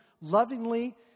lovingly